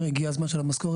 זה אתם הסיבה,